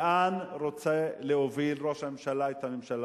לאן רוצה להוביל ראש הממשלה את המדינה